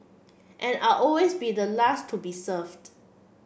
and I always be the last to be served